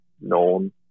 known